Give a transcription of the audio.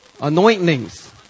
anointings